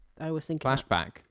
flashback